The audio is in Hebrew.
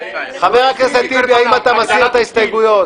חבר הכנסת טיבי, האם אתה מסיר את ההסתייגויות?